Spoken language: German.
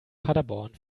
paderborn